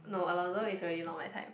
no Alonso is really not my type